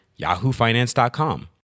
yahoofinance.com